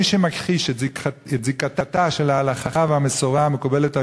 מי שמכחיש את זיקתה של ההלכה והמסורה המקובלת על